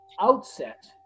outset